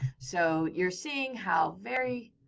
so you're seeing how very,